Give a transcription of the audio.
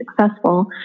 successful